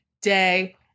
day